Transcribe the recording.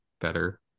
better